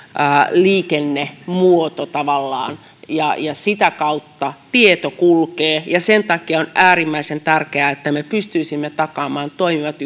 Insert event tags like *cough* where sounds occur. liikennemuoto tavallaan ja ja sitä kautta tieto kulkee ja sen takia on äärimmäisen tärkeää että me pystyisimme takaamaan toimivat *unintelligible*